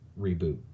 reboot